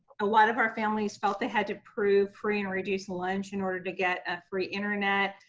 a lot of our families felt they had to prove free and reduced lunch in order to get a free internet.